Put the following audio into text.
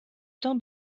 teint